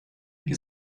wir